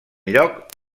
lloc